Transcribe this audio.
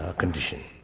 ah condition.